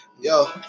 Yo